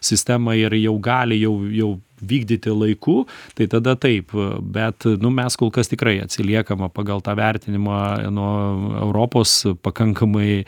sistemą ir jau gali jau jau vykdyti laiku tai tada taip bet mes kol kas tikrai atsiliekame pagal tą vertinimą nuo europos pakankamai